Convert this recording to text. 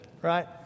right